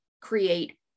create